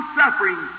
suffering